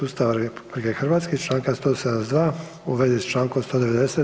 Ustava RH i Članka 172. u vezi s Člankom 190.